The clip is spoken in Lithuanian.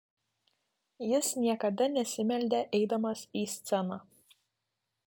jis niekada nesimeldė eidamas į sceną